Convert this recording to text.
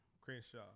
Crenshaw